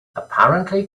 apparently